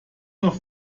noch